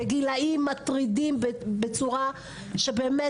בגילאים מטרידים ובצורה שבאמת,